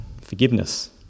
forgiveness